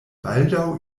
baldaŭ